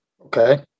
Okay